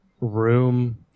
room